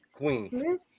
Queen